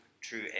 true